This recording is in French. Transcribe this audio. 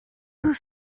tout